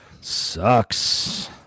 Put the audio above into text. sucks